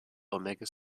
omega